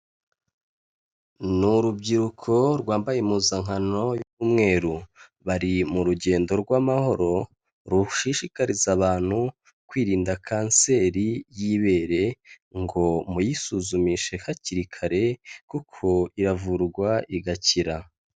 Ni urubyiruko rwambaye impuzankano y'umweru. Bari mu rugendo rw'amahoro rushishikariza abantu kwirinda kanseri y'ibere ngo muyisuzumishe hakiri kare kuko iravurwa igakira.